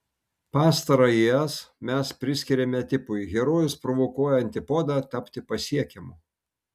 pastarąjį es mes priskiriame tipui herojus provokuoja antipodą tapti pasiekiamu